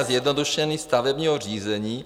... a zjednodušení stavebního řízení...